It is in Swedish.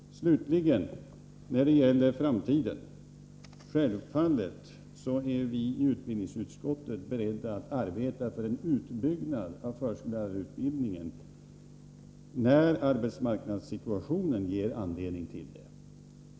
Slutligen när det gäller framtiden: Självfallet är vi i utbildningsutskottet beredda att arbeta för en utbyggnad av förskollärarutbildningen när arbetsmarknadssituationen ger anledning till det.